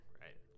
right